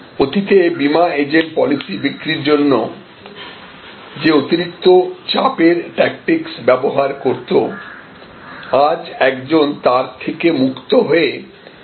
অতীতে বীমা agent policy বিক্রির জন্য যে অতিরিক্ত চাপের ট্যাকটিকস ব্যবহার করত আজ একজন তার থেকে মুক্ত হয়ে ইন্সুরেন্স কিনতে পারে